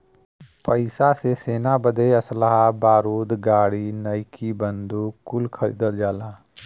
पइसा से सेना बदे असलहा बारूद गाड़ी नईकी बंदूक कुल खरीदल जाला